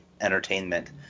entertainment